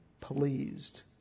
pleased